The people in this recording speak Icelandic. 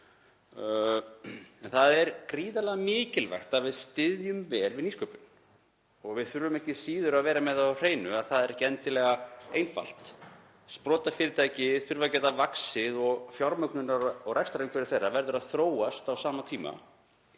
Það er gríðarlega mikilvægt að við styðjum vel við nýsköpun og við þurfum ekki síður að vera með það á hreinu að það er ekki endilega einfalt. Sprotafyrirtæki þurfa að geta vaxið og fjármögnunar- og rekstrarumhverfi þeirra verður að þróast á sama tíma.